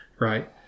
Right